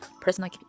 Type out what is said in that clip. personal